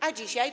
A dzisiaj?